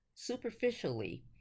superficially